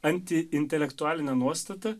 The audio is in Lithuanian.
anti intelektualinė nuostata